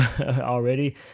already